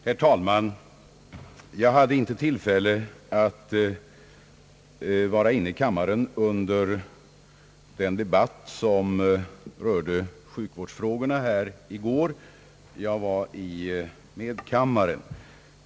Herr talman! Jag hade inte tillfälle att vara inne i kammaren under den debatt i går som rörde sjukvårdsfrågorna; jag var i medkammaren.